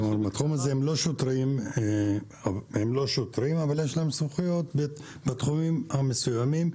בתחום הזה הם לא שוטרים אבל יש להם סמכויות בתחומים המסוימים.